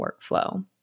workflow